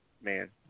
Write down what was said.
Man